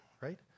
right